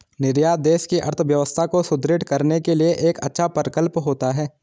निर्यात देश की अर्थव्यवस्था को सुदृढ़ करने के लिए एक अच्छा प्रकल्प होता है